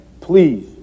please